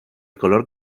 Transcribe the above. color